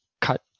cut